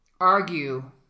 argue